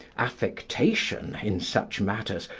affectation, in such matters,